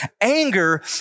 anger